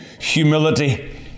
humility